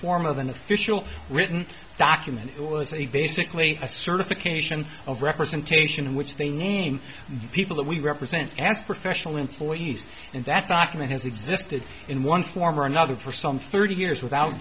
form of an official written document it was a basically a certification of representation which they name the people that we represent as professional employees and that document has existed in one form or another for some thirty years without